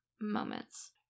moments